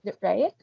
right